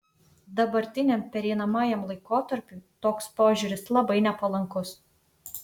dabartiniam pereinamajam laikotarpiui toks požiūris labai nepalankus